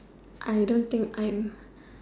I don't think I am